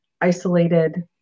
isolated